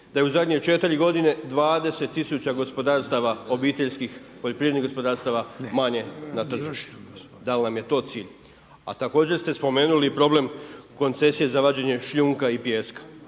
Da je u zadnje 4 godine 20 tisuća gospodarstava obiteljskih poljoprivrednih gospodarstava manje na tržištu. Da li nam je to cilj? A također ste spomenuli i problem koncesije za vađenje šljunka i pijeska,